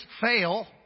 fail